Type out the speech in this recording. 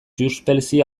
jxsí